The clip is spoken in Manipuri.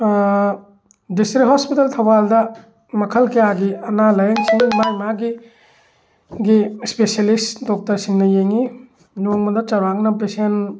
ꯗꯤꯁꯇ꯭ꯔꯤꯛ ꯍꯣꯁꯄꯤꯇꯥꯜ ꯊꯧꯕꯥꯜꯗ ꯃꯈꯜ ꯀꯌꯥꯒꯤ ꯑꯅꯥ ꯂꯥꯏꯌꯦꯡꯁꯪ ꯃꯥ ꯃꯥꯒꯤ ꯒꯤ ꯏꯁꯄꯦꯁꯦꯂꯤꯁ ꯗꯣꯛꯇꯔꯁꯤꯡꯅ ꯌꯦꯡꯉꯤ ꯅꯣꯡꯃꯗ ꯆꯧꯔꯥꯛꯅ ꯄꯦꯁꯦꯟ